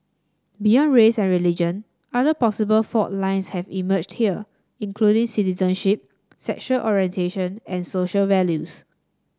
beyond race and religion other possible fault lines have emerged here including citizenship sexual orientation and social values